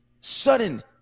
sudden